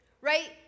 right